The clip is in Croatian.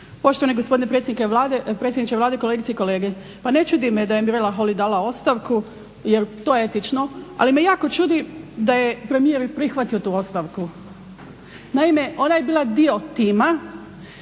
Poštovani gospodine predsjedniče Vlade, kolegice i kolege. Pa ne čudi me da je Mirela Holy dala ostavku jel to je etično, ali me jako čudi da je premijer prihvatio tu ostavku. Naime, ona je bila dio tima,